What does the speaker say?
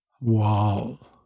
wall